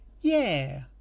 Yeah